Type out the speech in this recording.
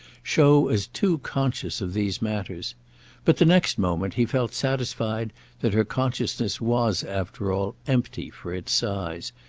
show as too conscious of these matters but the next moment he felt satisfied that her consciousness was after all empty for its size,